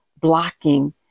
blocking